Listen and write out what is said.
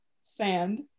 sand